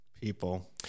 people